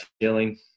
feeling